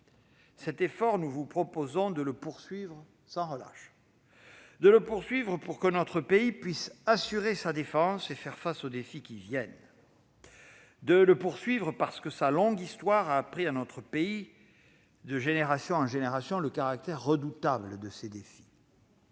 Cet effort, nous vous proposons de le poursuivre sans relâche ; de le poursuivre pour que notre pays puisse assurer sa défense et faire face aux défis qui viennent ; de le poursuivre, parce que sa longue histoire a appris à notre pays, de génération en génération, le caractère redoutable de ces défis.